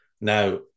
now